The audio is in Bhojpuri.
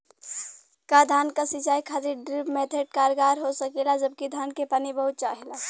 का धान क सिंचाई खातिर ड्रिप मेथड कारगर हो सकेला जबकि धान के पानी बहुत चाहेला?